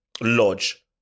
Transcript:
lodge